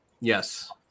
Yes